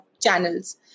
channels